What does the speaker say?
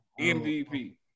MVP